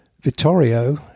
Vittorio